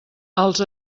els